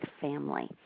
family